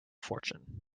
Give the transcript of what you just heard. fortune